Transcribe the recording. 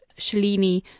Shalini